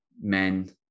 men